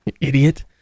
idiot